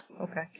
Okay